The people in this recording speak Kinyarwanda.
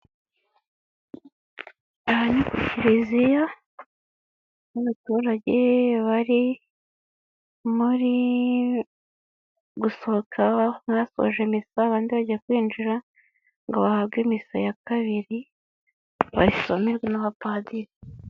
Aha ni ku kiliziya n'abuturage bari gusohoka basoje misa abandi bajya kwinjira ngo bahabwe misa ya kabiri bayisomerwe n'abapadiri.